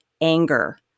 anger